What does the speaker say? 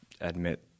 admit